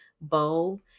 bowl